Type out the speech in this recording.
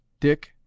Dick